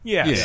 Yes